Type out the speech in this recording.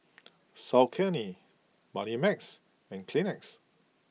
Saucony Moneymax and Kleenex